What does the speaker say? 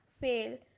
fail